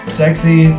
sexy